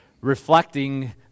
reflecting